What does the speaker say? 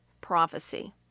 prophecy